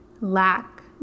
lack